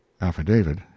affidavit